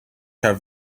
have